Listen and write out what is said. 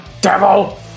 devil